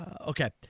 Okay